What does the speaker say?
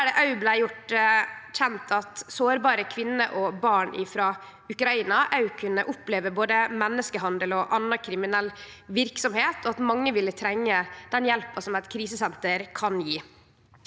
gjort kjent at sårbare kvinner og barn frå Ukraina kunne oppleve både menneskehandel og anna kriminell verksemd, og at mange ville trenge den hjelpa som eit krisesenter kan gje.